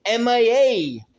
MIA